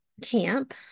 camp